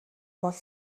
бол